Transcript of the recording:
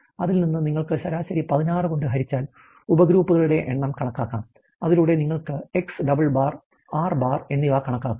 അതിൽ നിന്ന് നിങ്ങൾക്ക് ശരാശരി 16 കൊണ്ട് ഹരിച്ചാൽ ഉപഗ്രൂപ്പുകളുടെ എണ്ണം കണക്കാക്കാം അതിലൂടെ നിങ്ങൾക്ക് x double bar R bar എന്നിവ കണക്കാക്കാം